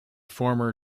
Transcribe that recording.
former